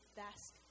best